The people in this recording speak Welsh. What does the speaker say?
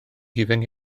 hufen